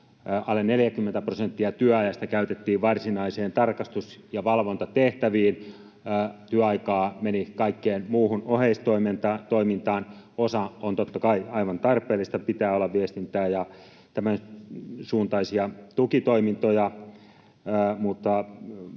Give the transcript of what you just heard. alle 40 prosenttia työajasta käytettiin varsinaisiin tarkastus- ja valvontatehtäviin. Työaikaa meni kaikkeen muuhun oheistoimintaan. Osa on, totta kai, aivan tarpeellista — pitää olla viestintää ja tämän suuntaisia tukitoimintoja